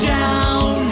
down